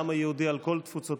העם היהודי על כל תפוצותיו,